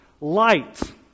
Light